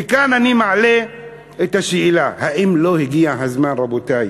וכאן אני מעלה את השאלה: האם לא הגיע הזמן, רבותי,